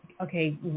okay